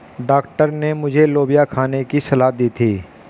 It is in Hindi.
डॉक्टर ने मुझे लोबिया खाने की सलाह दी थी